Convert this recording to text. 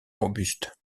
robustes